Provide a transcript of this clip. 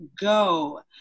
go